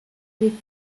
rugby